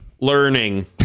Learning